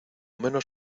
menos